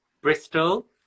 Bristol